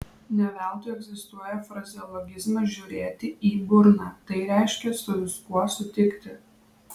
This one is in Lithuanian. ne veltui egzistuoja frazeologizmas žiūrėti į burną tai reiškia su viskuo sutikti